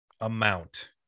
amount